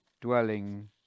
dwelling